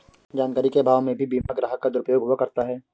जानकारी के अभाव में भी बीमा ग्राहक का दुरुपयोग हुआ करता है